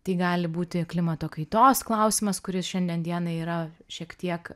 tai gali būti klimato kaitos klausimas kuris šiandien dienai yra šiek tiek